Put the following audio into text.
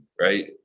right